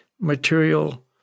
material